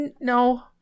No